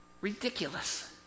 ridiculous